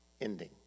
Ending